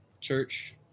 Church